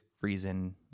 Reason